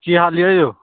की हाल यऽ यौ